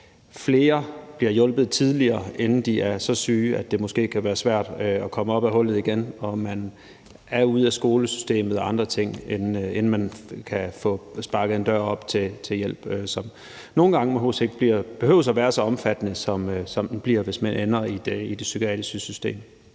flere bliver hjulpet tidligere, inden de er så syge, at det måske kan være svært at komme op af hullet igen, og at man ikke skal være ude af skolesystemet og andre ting, før man kan få sparket en dør op til hjælp, som nogle gange ikke behøver at være så omfattende, som den bliver, hvis man ender i det psykiatriske system.